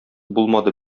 булмады